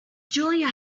julia